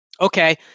Okay